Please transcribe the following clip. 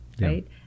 right